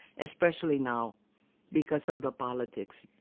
especially now because of the politics.